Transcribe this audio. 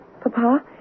Papa